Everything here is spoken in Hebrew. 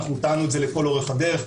אנחנו טענו את זה לכל אורך הדרך.